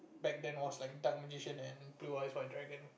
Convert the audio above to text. back then was like Dark-Magician and Blue-Eyes-White-Dragon